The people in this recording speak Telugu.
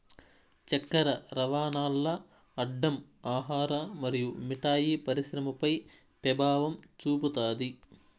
చక్కర రవాణాల్ల అడ్డం ఆహార మరియు మిఠాయి పరిశ్రమపై పెభావం చూపుతాది